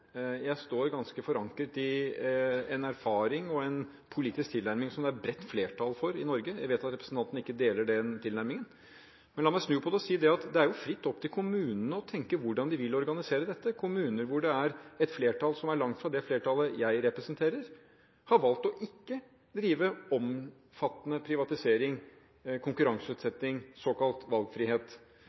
er bredt flertall for i Norge. Jeg vet at representanten ikke deler den tilnærmingen. La meg snu på det og si at det er opp til kommunene å tenke hvordan de vil organisere dette. Kommuner hvor det er et flertall som er langt fra det flertallet jeg representerer, har valgt ikke å drive omfattende privatisering og konkurranseutsetting, såkalt valgfrihet.